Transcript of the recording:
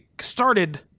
started